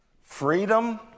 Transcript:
freedom